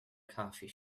coffee